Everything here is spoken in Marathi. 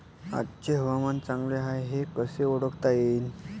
आजचे हवामान चांगले हाये हे कसे ओळखता येईन?